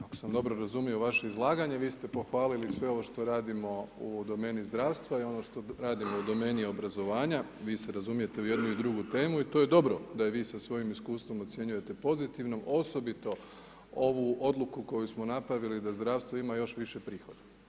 Ako sam dobro razumio vaše izlaganje, vi ste pohvalili sve ovo što radimo u domeni zdravstva i ono što radimo u domeni obrazovanja, vi se razumijete u jednu i drugu temu i to je dobro da vi sa svojim iskustvom ocjenjujete pozitivno osobito ovu odluku koji smo napravili da zdravstvo ima još više prihoda.